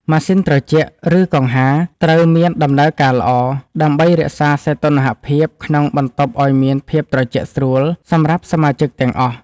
ម៉ាស៊ីនត្រជាក់ ឬកង្ហារ ត្រូវមានដំណើរការល្អ ដើម្បីរក្សាសីតុណ្ហភាពក្នុងបន្ទប់ឱ្យមានភាពត្រជាក់ស្រួលសម្រាប់សមាជិកទាំងអស់។